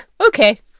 okay